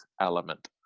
element